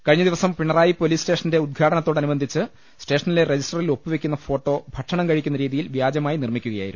കഴിഞ്ഞ ദിവസം പിണറായി പൊലീസ് സ്റ്റേഷന്റെ ഉദ്ഘാടനത്തോടനുബന്ധിച്ച് സ്റ്റേഷനിലെ രജിസ്റ്ററിൽ ഒപ്പ് വെക്കുന്ന ഫോട്ടോ ഭക്ഷണം കഴിക്കുന്ന രീതി യിൽ വ്യാജമായി നിർമ്മിക്കുകയായിരുന്നു